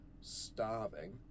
starving